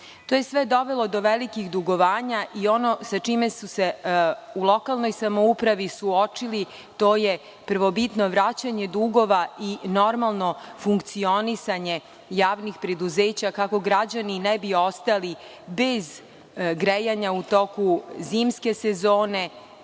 To je sve dovelo do velikih dugovanja i ono sa čime su se u lokalnoj samoupravi suočili to je prvobitno vraćanje dugova i normalno funkcionisanje javnih preduzeća, kako građani ne bi ostali bez grejanja u toku zimske sezone,